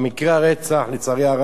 מקרי הרצח, לצערי הרב,